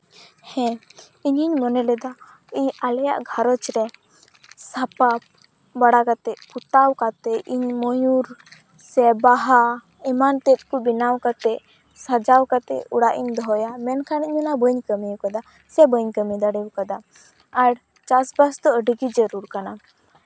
ᱦᱮᱸ ᱤᱧᱤᱧ ᱢᱚᱱᱮᱞᱮᱫᱟ ᱮᱸᱜ ᱟᱞᱮᱭᱟᱜ ᱜᱷᱟᱸᱨᱚᱡᱽ ᱨᱮ ᱥᱟᱯᱟ ᱵᱟᱲᱟ ᱠᱟᱛᱮ ᱯᱚᱛᱟᱣ ᱠᱟᱛᱮ ᱤᱧ ᱢᱚᱭᱩᱨ ᱥᱮ ᱵᱟᱦᱟ ᱮᱢᱟᱱ ᱛᱮᱫ ᱠᱚ ᱵᱮᱱᱟᱣ ᱠᱟᱛᱮ ᱥᱟᱡᱟᱣ ᱠᱟᱛᱮ ᱚᱲᱟᱜ ᱤᱧ ᱫᱚᱦᱚᱭᱟ ᱢᱮᱱᱠᱷᱟᱱ ᱤᱧ ᱚᱱᱟ ᱵᱟᱹᱧ ᱠᱟᱹᱢᱤ ᱟᱠᱟᱫᱟ ᱥᱮ ᱵᱟᱹᱧ ᱠᱟᱹᱢᱤ ᱫᱟᱲᱮ ᱠᱟᱣᱫᱟ ᱟᱨ ᱪᱟᱥᱵᱟᱥ ᱫᱚ ᱟᱹᱰᱤ ᱜᱮ ᱡᱟᱹᱨᱩᱲ ᱠᱟᱱᱟ